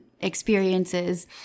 experiences